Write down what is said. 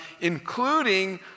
including